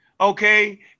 okay